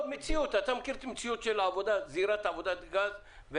אתה מכיר את זירת עבודת הגז.